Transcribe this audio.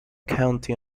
county